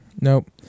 Nope